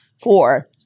four